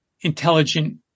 intelligent